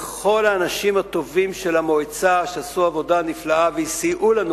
לכל האנשים הטובים של המועצה שעשו עבודה נפלאה וסייעו לנו